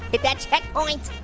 get that checkpoint.